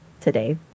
today